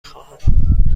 خواهم